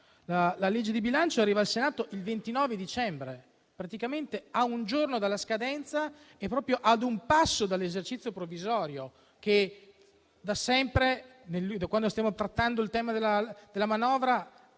il provvedimento è arrivato al Senato il 29 dicembre, praticamente a un giorno dalla scadenza e proprio a un passo dall'esercizio provvisorio che da sempre, da quando stiamo trattando il tema della manovra,